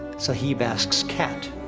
sahib asks cat,